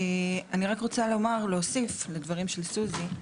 אני רק רוצה להוסיף לדברים של סוזי,